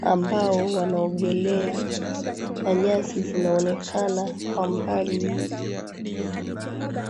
ambao wanaogelea, na nyasi zinaonekana kwa mbali.